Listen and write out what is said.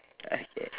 okay